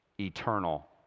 eternal